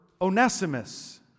Onesimus